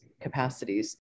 capacities